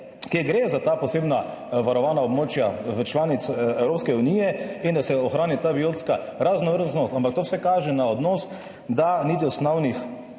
kjer gre za ta posebna varovana območja v članic Evropske unije in da se ohrani ta biotska raznovrstnost, ampak to vse kaže na odnos, da niti osnovnih